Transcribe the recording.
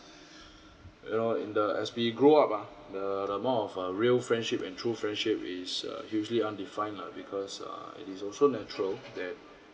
you know in the as we grow up ah the the more of uh real friendship and true friendship is uh usually undefined lah because uh and it is also natural that